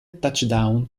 touchdown